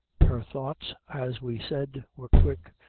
her thoughts, as we said, were quick,